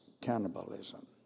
cannibalism